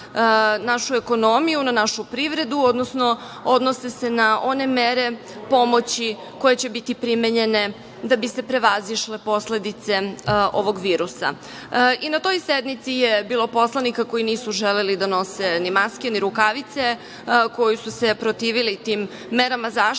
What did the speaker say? našu ekonomiju, na našu privredu, odnosno odnose se na one mere pomoći koje će biti primenjene da bi se prevazišle posledice ovog virusa. Na toj sednici je bilo poslanika koji nisu želeli da nose maske, ni rukavice, koji su se protivili tim merama zaštite